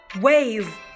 Wave